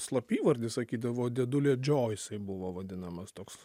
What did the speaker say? slapyvardį sakydavo dėdulė džo jisai buvo vadinamas toks